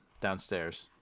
downstairs